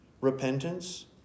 Repentance